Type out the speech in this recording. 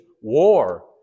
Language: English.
war